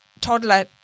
toddler